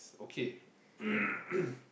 okay